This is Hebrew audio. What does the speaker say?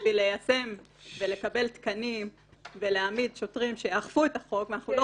בשביל ליישם ולקבל תקנים ולהעמיד שוטרים שיאכפו את החוק - אנחנו לא